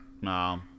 No